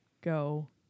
go